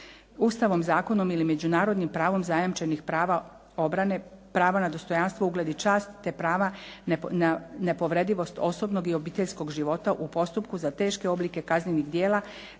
Ustavom, zakonom ili međunarodnim pravom zajamčenih prava obrane, prava na dostojanstvo, ugled i čast te prava nepovredivost osobnog i obiteljskog života u postupku za teške oblike kaznenih djela